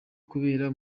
kubera